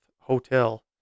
hotel